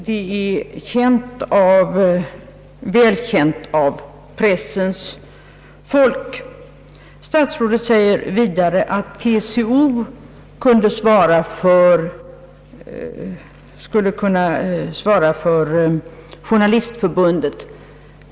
Det är dock väl känt av pressens folk. I sitt svar säger statsrådet vidare att TCO skulle ha kunnat svara för Journalistförbundet.